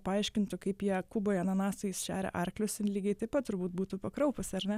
paaiškintų kaip jie kuboj ananasais šeria arklius ir lygiai taip pat turbūt būtų pakraupusi ar ne